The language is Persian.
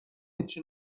هیچی